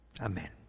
Amen